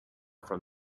from